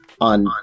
On